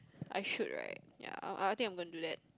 I should right ya I I think I'm gonna do that